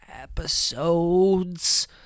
episodes